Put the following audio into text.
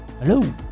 Hello